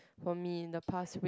for me in the past week